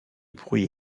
bruits